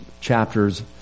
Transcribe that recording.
chapters